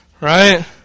Right